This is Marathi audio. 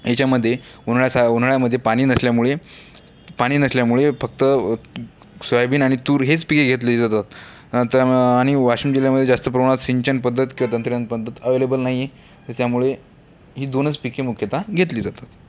याच्यामध्ये उन्हाळासा उन्हाळ्यामध्ये पाणी नसल्यामुळे पाणी नसल्यामुळे फक्त सोयाबीन आणि तूर हेच पिके घेतली जातात नंतर आणि वाशीम जिल्ह्यामध्ये जास्त प्रमाणात सिंचन पद्धत किंवा तंत्रज्ञान पद्धत अव्हेलेबल नाही हे त्याच्यामुळे हे दोनच पिके मुख्यतः घेतली जातात